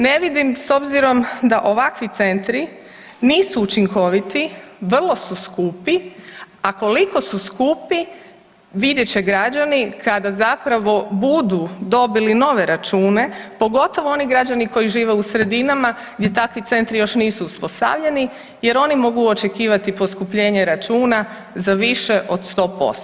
Ne vidim s obzirom da ovakvi centri nisu učinkoviti, vrlo su skupi, a koliko su skupi vidjet će građani kada zapravo budu dobili nove račune, pogotovo oni građani koji žive u sredinama gdje takvi centri još nisu uspostavljeni jer oni mogu očekivati poskupljenje računa za više od 100%